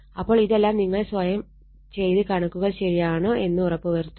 അപ്പോൾ ഇതെല്ലാം നിങ്ങൾ സ്വയം ചെയ്ത് കണക്കുകൾ ശരിയാണോ എന്ന് ഉറപ്പ് വരുത്തുക